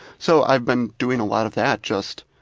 so i've been doing a lot of that, just